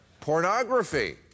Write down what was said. pornography